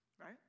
right